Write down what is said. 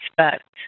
expect